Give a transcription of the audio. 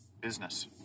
business